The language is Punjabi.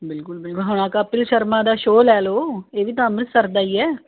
ਬਿਲਕੁਲ ਬਿਲਕੁਲ ਹਾਂ ਕਪਿਲ ਸ਼ਰਮਾ ਦਾ ਸ਼ੋ ਲੈ ਲਓ ਇਹ ਵੀ ਤਾਂ ਅੰਮ੍ਰਿਤਸਰ ਦਾ ਹੀ ਹੈ